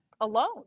alone